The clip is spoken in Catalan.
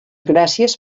gràcies